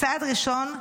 כצעד ראשון,